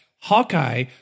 Hawkeye